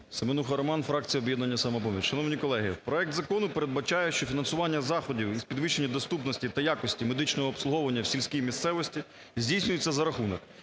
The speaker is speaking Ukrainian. Семенуха Роман, фракція "Об'єднання "Самопоміч". Шановні колеги, проект закону передбачає, що фінансування заходів і підвищення доступності та якості медичного обслуговування в сільській місцевості здійснюється за рахунок